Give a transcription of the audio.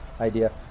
idea